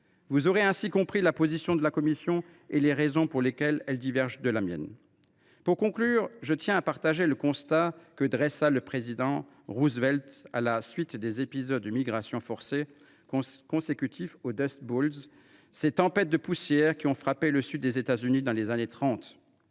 Vous aurez ainsi compris la position de la commission et les raisons pour lesquelles elle diverge de la mienne. Pour conclure, je tiens à vous faire part du constat que fit le président Roosevelt à la suite des épisodes de migrations forcées consécutifs aux, ces tempêtes de poussière qui ont frappé le sud des États Unis dans les années 1930